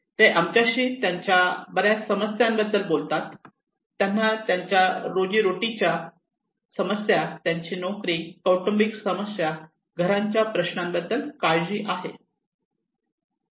ते आमच्याशी त्यांच्या बऱ्याच समस्यांबद्दल बोलतात त्यांना त्यांच्या रोजीरोटीच्या समस्या त्यांची नोकरी कौटुंबिक समस्या घरांच्या प्रश्नांबद्दल काळजी आहे